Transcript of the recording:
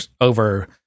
over